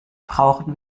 brauchen